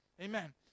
Amen